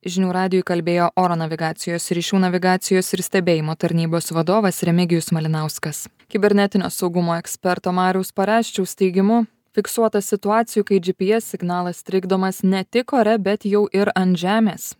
žinių radijui kalbėjo oro navigacijos ryšių navigacijos ir stebėjimo tarnybos vadovas remigijus malinauskas kibernetinio saugumo eksperto mariaus pareščiaus teigimu fiksuota situacijų kai gps signalas trikdomas ne tik ore bet jau ir ant žemės